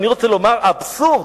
ואני רוצה לומר, האבסורד,